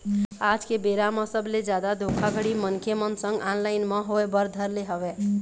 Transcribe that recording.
आज के बेरा म सबले जादा धोखाघड़ी मनखे मन संग ऑनलाइन म होय बर धर ले हवय